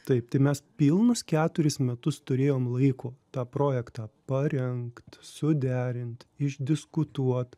taip tai mes pilnus keturis metus turėjom laiko tą projektą parengt suderint išdiskutuot